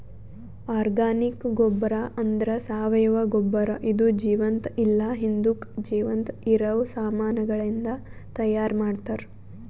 organic ಗೊಬ್ಬರ ಅಂದ್ರ ಸಾವಯವ ಗೊಬ್ಬರ ಇದು ಜೀವಂತ ಇಲ್ಲ ಹಿಂದುಕ್ ಜೀವಂತ ಇರವ ಸಾಮಾನಗಳಿಂದ್ ತೈಯಾರ್ ಮಾಡ್ತರ್